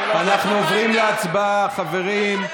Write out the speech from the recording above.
אנחנו עוברים להצבעה, חברים.